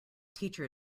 teacher